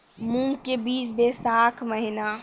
मूंग के बीज बैशाख महीना